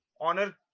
honor